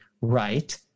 right